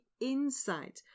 inside